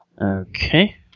Okay